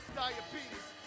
diabetes